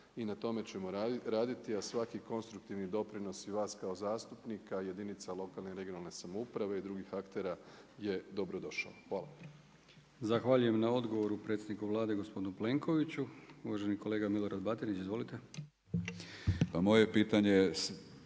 i na tome ćemo raditi, a svaki konstruktivni doprinos i vas kao zastupnika, jedinica lokalne i regionalne samouprave i drugih aktera je dobrodošao. Hvala. **Brkić, Milijan (HDZ)** Zahvaljujem na odgovoru predsjedniku Vlade gospodinu Plenkoviću. Uvaženi kolega Milorad Batinić. Izvolite. **Batinić,